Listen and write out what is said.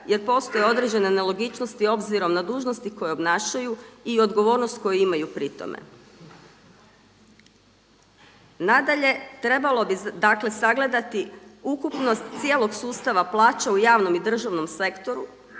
jer postoje određene nelogičnosti obzirom na dužnosti koje obnašaju i odgovornosti koju imaju pri tome. Nadalje, trebalo bi dakle sagledati ukupnost cijelog sustava plaća u javnom i državnom sektoru